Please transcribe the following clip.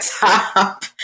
top